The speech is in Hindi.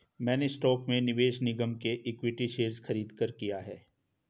मैंने स्टॉक में निवेश निगम के इक्विटी शेयर खरीदकर किया है